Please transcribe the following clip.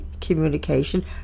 communication